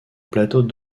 plateau